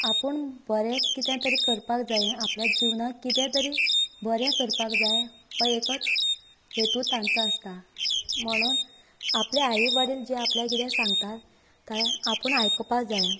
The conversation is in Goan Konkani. आपूण बरें कितें तरी करपाक जाय हे आपल्या जिवनांत कितें तरी बरें करपाक जाय हो एकच हेतू तांचो आसता म्हणून आपले आई वडील जे आपल्या कितें सांगतात कांय आपूण आयकूपा जाय